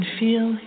feel